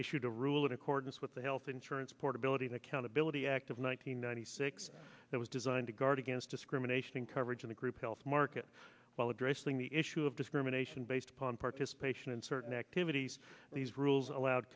issued a ruling accordance with the health insurance portability and accountability act of one nine hundred ninety six that was designed to guard against discrimination in coverage of the group health market while addressing the issue of discrimination based upon participation in certain activities these rules allowed